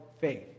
faith